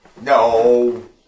No